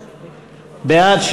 בעד,